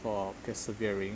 for persevering